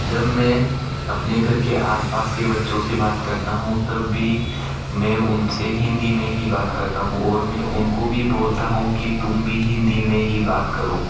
जब मैं अपने घर के आस पास के बच्चों से बात करता हूँ तब भी मैं उन से हिंदी में ही बात करता हूँ और मैं उन को भी बोलता हूँ कि तुम भी हिंदी में ही बात करो